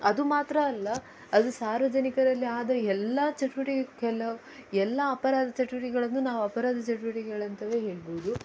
ಅದು ಮಾತ್ರ ಅಲ್ಲ ಅದು ಸಾರ್ವಜನಿಕರಲ್ಲಿ ಆದ ಎಲ್ಲ ಚಟುವಟಿಕೆ ಕೆಲವು ಎಲ್ಲ ಅಪರಾಧ ಚಟುವಟಿಕೆಗಳನ್ನು ನಾವು ಅಪರಾಧ ಚಟುವಟಿಕೆಗಳಂತಲೇ ಹೇಳ್ಬೋದು